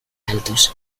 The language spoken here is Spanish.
altos